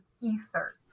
ether